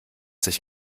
sich